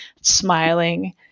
smiling